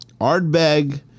Ardbeg